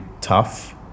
tough